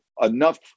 enough